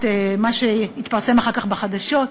את מה שהתפרסם אחר כך בחדשות,